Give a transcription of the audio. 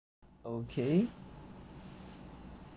okay